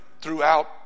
throughout